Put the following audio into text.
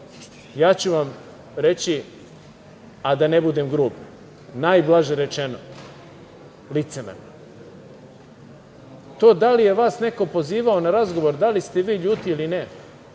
ću vam reći, a da ne budem grub, najblaže rečeno – licemerno. To da li je vas neko pozivao na razgovor, da li ste vi ljuti ili ne,